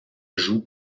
joue